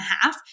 half